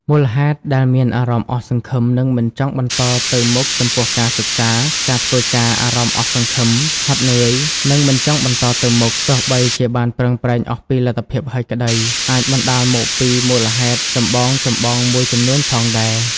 មូលហេតុដែលមានអារម្មណ៍អស់សង្ឃឹម និងមិនចង់បន្តទៅមុខចំពោះការសិក្សា ការធ្វើការអារម្មណ៍អស់សង្ឃឹម ហត់នឿយ និងមិនចង់បន្តទៅមុខ ទោះបីជាបានប្រឹងប្រែងអស់ពីលទ្ធភាពហើយក្តី អាចបណ្តាលមកពីមូលហេតុចម្បងៗមួយចំនួនផងដែរ។